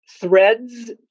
threads